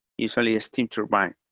usually a steam turbine,